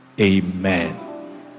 Amen